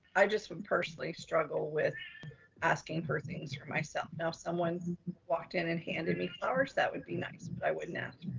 i just personally struggle with asking for things for myself. now someone's walked in and handed me flowers. that would be nice, but i wouldn't ask.